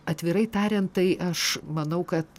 atvirai tariant tai aš manau kad